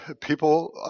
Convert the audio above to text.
people